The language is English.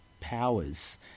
powers